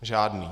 Žádný.